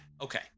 Okay